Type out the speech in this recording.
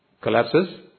collapses